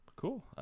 Cool